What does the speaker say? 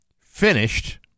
finished